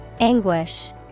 Anguish